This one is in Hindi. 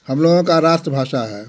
हम लोगो का राष्ट्र भाषा है